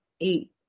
eight